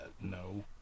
no